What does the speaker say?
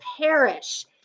perish